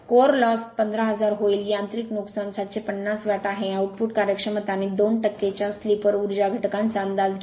core loss 15000 होईल यांत्रिक नुकसान 750 वॅट आहे आउटपुट कार्यक्षमता आणि 2 च्या स्लिप वर ऊर्जा घटकाचा अंदाज घ्या